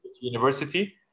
University